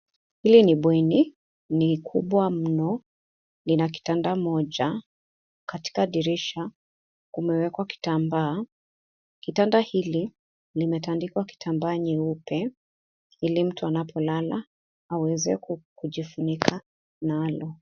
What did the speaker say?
Hili ni bweni. Ni kubwa mno . Lina kitanda kimoja. Katika dirisha, kumewekwa kitambaa. Kitanda hili kimetandikwa kitambaa nyeupe ili mtu anapolala aweze kujifunika nalo.